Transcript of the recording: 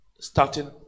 Starting